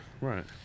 right